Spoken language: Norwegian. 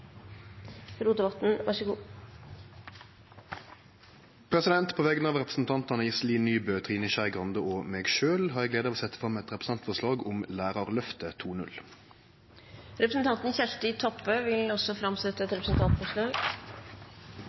På vegner av representantane Iselin Nybø, Trine Skei Grande og meg sjølv har eg gleda av å setje fram eit representantforslag om Lærarløftet 2.0. Representanten Kjersti Toppe vil framsette et representantforslag.